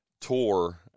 tour